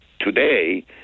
today